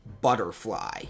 butterfly